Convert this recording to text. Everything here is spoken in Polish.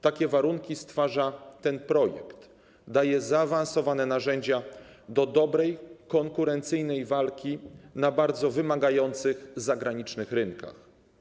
Takie warunki stwarza ten projekt, daje zaawansowane narzędzia do dobrej, konkurencyjnej walki na bardzo wymagających zagranicznych rynkach.